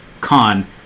con